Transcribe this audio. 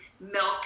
milk